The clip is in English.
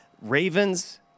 Ravens